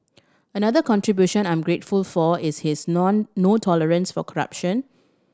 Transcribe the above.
another contribution I'm grateful for is his none no tolerance for corruption